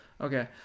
Okay